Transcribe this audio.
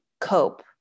cope